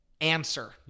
answer